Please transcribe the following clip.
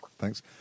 Thanks